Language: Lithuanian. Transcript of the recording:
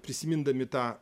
prisimindami tą